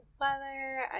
weather